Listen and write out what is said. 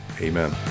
amen